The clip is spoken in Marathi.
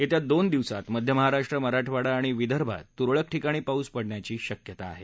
येत्या दोन दिवसात मध्य महाराष्ट्र मराठवाडा आणि विदर्भात त्रळक ठिकाणी पाऊस पडण्याची शक्यता आहे